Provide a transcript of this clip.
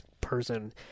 person